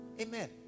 Amen